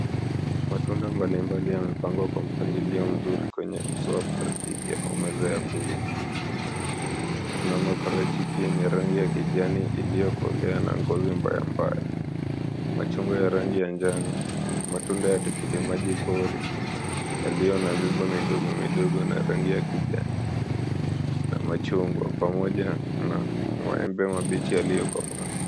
Matunda mbalimbali yamepangwa kwa mpangilio mzuri kwenye uso wa plastiki au meza ya kuuza. Kuna maparachichi yenye rangi ya kijani iliyokolea na ngozi mbaya mbaya, machungwa ya rangi ya njano, matunda ya tikiti maji pori yaliyo na miba midogo midogo na rangi ya kijani, na machungwa pamoja na maembe mabichi yaliyokomaa.